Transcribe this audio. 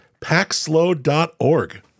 packslow.org